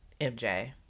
mj